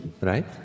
right